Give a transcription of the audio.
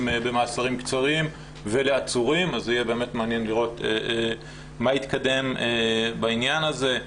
במעצרים קצרים ולעצורים ואכן יהיה מעניין לראות מה התקדם בעניין הזה.